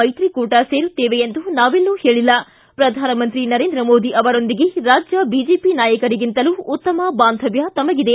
ಮೈತ್ರಿಕೂಟ ಸೇರುತ್ತೇವೆ ಎಂದು ನಾವೆಲ್ಲೂ ಹೇಳಲ್ಲ ಪ್ರಧಾನಮಂತ್ರಿ ನರೇಂದ್ರ ಮೋದಿ ಅವರೊಂದಿಗೆ ರಾಜ್ಯ ಬಿಜೆಪಿ ನಾಯಕರಿಗಿಂತಲೂ ಉತ್ತಮ ಬಾಂಧವ್ಯ ತಮಗಿದೆ